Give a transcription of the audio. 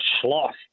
schloss